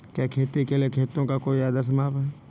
क्या खेती के लिए खेतों का कोई आदर्श माप है?